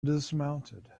dismounted